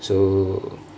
so